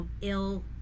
ill